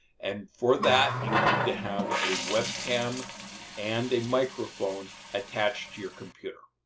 and for that you need to have a webcam and a microphone attached to your computer.